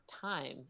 time